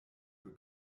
für